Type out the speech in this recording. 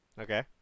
okay